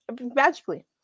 Magically